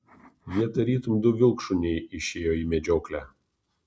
jie tarytum du vilkšuniai išėjo į medžioklę